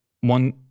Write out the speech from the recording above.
one